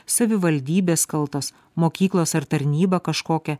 savivaldybės kaltos mokyklos ar tarnyba kažkokia